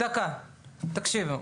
דקה, תקשיבו,